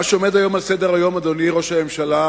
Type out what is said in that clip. מה שעומד היום על סדר-היום, אדוני ראש הממשלה,